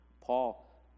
Paul